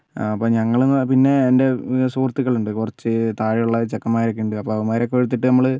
ആ അപ്പോൾ ഞങ്ങള് പിന്നെ എൻ്റെ സുഹൃത്തുക്കൾ ഉണ്ട് കുറച്ച് താഴെയുള്ള ചെക്കൻമാരൊക്കെയുണ്ട് അപ്പോൾ അവൻമാരെയൊക്കെ എടുത്തിട്ട് നമ്മള്